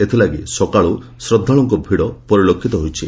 ଏଥିଲାଗି ସକାଳୁ ଶ୍ରଦ୍ଧାଳୁଙ୍କ ଭିଡ଼ ପରିଲକ୍ଷିତ ହୋଇଛି